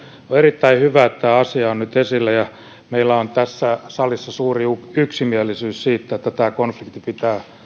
erittäin hyvä että asia on nyt esillä ja meillä on tässä salissa suuri yksimielisyys siitä että konflikti pitää